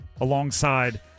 alongside